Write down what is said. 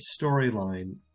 storyline